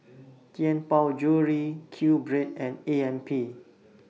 Tianpo Jewellery Q Bread and A M P